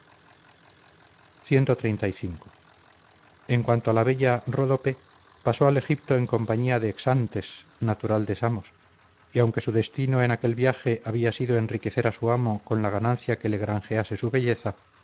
esclavo de jadmon cxxxv en cuanto a la bella ródope pasó al egipto en compañía de xantes natural de samos y aunque su destino en aquel viaje había sido enriquecer a su amo con la ganancia que le granjease su belleza